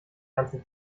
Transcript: ganze